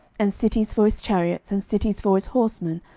and cities for his chariots, and cities for his horsemen,